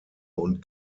und